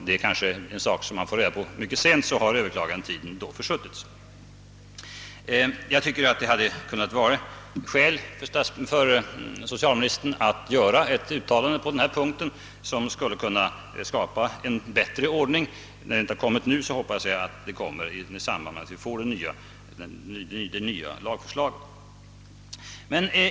Det är en sak som han kanske får reda på då överklagandetiden har försuttits. Jag tycker att det kunde ha varit skäl för socialministern att på den punkten göra ett uttalande som kunde skapa bättre ordning. När så inte nu har skett hoppas jag att det uttalandet kommer i samband med det nya lagförslaget.